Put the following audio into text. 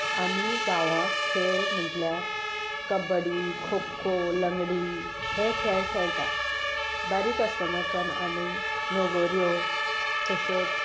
आमीं गांवांत खेळ म्हणल्यार कब्बडी खो खो लंगडी हे खेळ खेळटात बारीक आस्तनाच्यान आमीं लोगोऱ्यो तशेंच